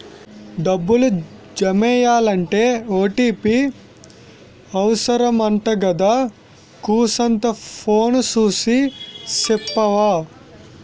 డబ్బులు జమెయ్యాలంటే ఓ.టి.పి అవుసరమంటగదా కూసంతా ఫోను సూసి సెప్పవా